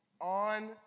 On